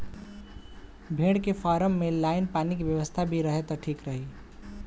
भेड़ के फार्म में लाइन पानी के व्यवस्था भी रहे त ठीक रही